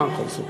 מה אפשר לעשות.